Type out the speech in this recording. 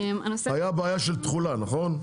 הייתה בעיה של תחולה, נכון?